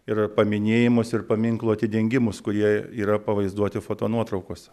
ir paminėjimus ir paminklų atidengimus kurie yra pavaizduoti fotonuotraukose